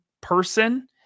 person